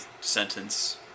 sentence